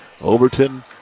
Overton